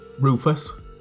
Rufus